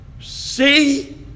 See